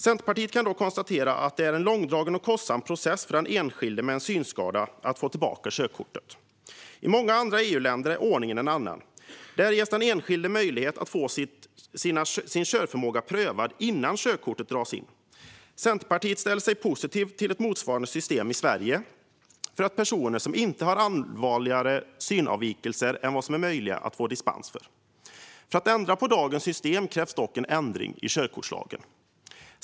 Centerpartiet kan dock konstatera att det är en långdragen och kostsam process för den enskilde med en synskada att få tillbaka körkortet. I många andra EU-länder är ordningen en annan. Där ges den enskilde möjlighet att få sin körförmåga prövad innan körkortet dras in. Centerpartiet ställer sig positivt till ett motsvarande system i Sverige för personer som inte har allvarligare synavvikelser än vad som är möjliga att få dispens för. För att ändra dagens system krävs dock en ändring i körkortslagen.